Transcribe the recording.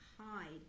hide